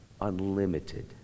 unlimited